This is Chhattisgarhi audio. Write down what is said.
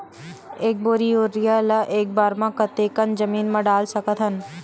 एक बोरी यूरिया ल एक बार म कते कन जमीन म डाल सकत हन?